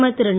பிரதமர் திரு